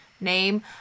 name